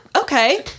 okay